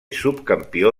subcampió